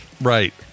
right